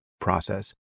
process